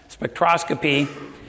Spectroscopy